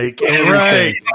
right